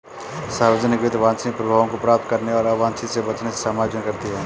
सार्वजनिक वित्त वांछनीय प्रभावों को प्राप्त करने और अवांछित से बचने से समायोजन करती है